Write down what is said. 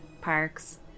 parks